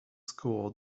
score